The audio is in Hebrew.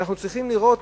אנחנו צריכים לראות